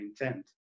intent